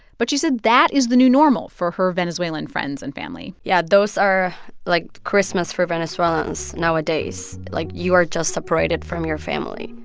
but she said that is the new normal for her venezuelan friends and family yeah. those are like, christmas for venezuelans nowadays like, you are just separated from your family.